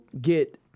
get